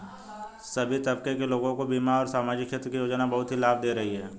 सभी तबके के लोगों को बीमा और सामाजिक क्षेत्र की योजनाएं बहुत ही लाभ दे रही हैं